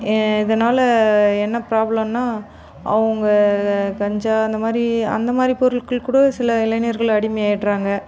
இதனால் என்ன ப்ராப்ளன்னா அவங்க கஞ்சா அந்த மாதிரி அந்த மாதிரி பொருள்கள் கூட சில இளைஞர்கள் அடிமையாயிடுறாங்க